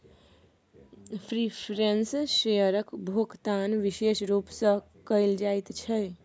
preference शेयरक भोकतान बिशेष रुप सँ कयल जाइत छै